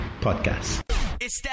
Podcast